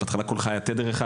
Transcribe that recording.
בהתחלה קול חי היה רק תדר אחד,